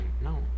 no